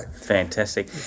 Fantastic